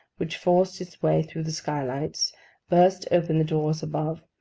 which forced its way through the skylights burst open the doors above,